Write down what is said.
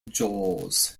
jaws